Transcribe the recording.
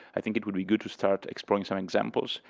i think it would be good to start exploring so examples.